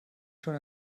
schon